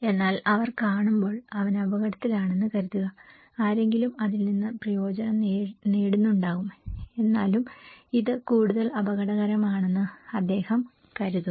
എന്നാൽ അവർ കാണുമ്പോൾ അവൻ അപകടത്തിലാണെന്ന് കരുതുക ആരെങ്കിലും അതിൽ നിന്ന് പ്രയോജനം നേടുന്നുണ്ടാവും എന്നാലും ഇത് കൂടുതൽ അപകടകരമാണെന്ന് അദ്ദേഹം കരുതുന്നു